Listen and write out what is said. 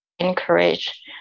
encourage